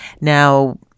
Now